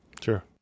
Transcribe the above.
Sure